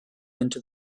into